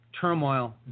turmoil